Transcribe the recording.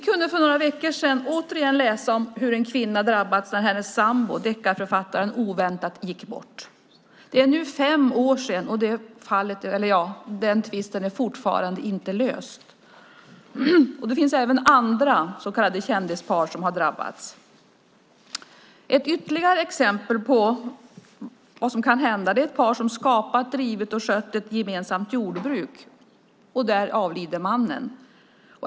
Vi kunde för några veckor sedan åter läsa om hur en kvinna drabbats när hennes sambo, känd deckarförfattare, oväntat gick bort. Det är nu fem år sedan, och den tvisten är fortfarande inte löst. Det finns även andra så kallade kändispar som har drabbats. Ett ytterligare exempel på vad som kan hända är ett par som har skapat, drivit och skött ett gemensamt jordbruk, och mannen avlider.